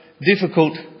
difficult